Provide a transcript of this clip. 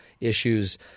issues